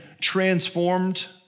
transformed